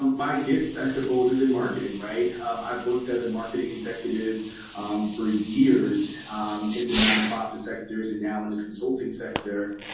my gift, i suppose, is in marketing, right? um i've worked as a marketing executive for years in the non-profit sectors and now in the consulting sector,